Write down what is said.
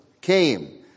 came